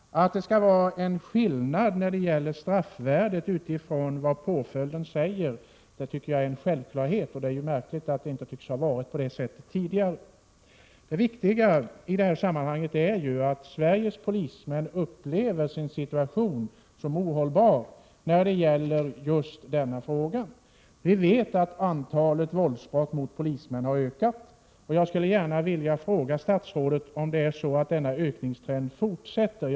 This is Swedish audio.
Att det skall vara skillnad i straffvärdet av påföljden är en självklarhet, och det är ju märkligt att det inte tycks ha varit på det sättet tidigare. Det viktiga i detta sammanhang är ju att Sveriges polismän upplever sin situation som ohållbar när det gäller just denna fråga. Vi vet att antalet våldsbrott mot polismän har ökat, och jag skulle därför gärna vilja fråga statsrådet om denna ökningstrend fortsätter.